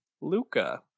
Luca